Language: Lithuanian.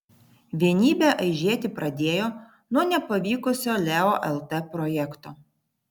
vienybė aižėti pradėjo nuo nepavykusio leo lt projekto